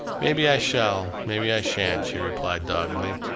maybe i shall, maybe i shan't, she replied doggedly.